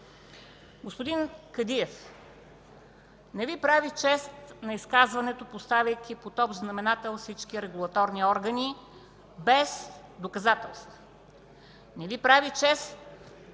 Господин Кадиев, не Ви прави чест изказването, поставяйки под общ знаменател всички регулаторни органи без доказателства. Не Ви прави чест